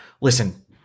listen